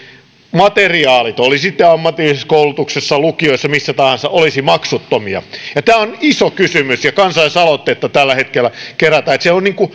materiaalit oli sitten ammatillisessa koulutuksessa lukiossa missä tahansa olisivat maksuttomia tämä on iso kysymys ja kansalaisaloitetta tällä hetkellä kerätään eli se on